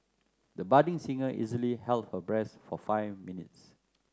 the budding singer easily held her breath for five minutes